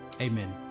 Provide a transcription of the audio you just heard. Amen